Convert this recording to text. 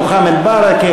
מוחמד ברכה,